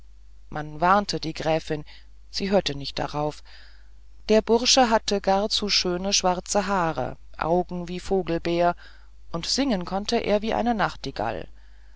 man warnte die gräfin sie hörte nicht drauf der bursche hatte gar zu schöne schwarze haare augen wie vogelbeer und singen konnte er wie eine nachtigall